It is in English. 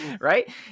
Right